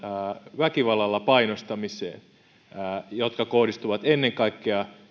väkivallalla painostamiseen joka kohdistuu ennen kaikkea